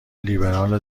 لیبرال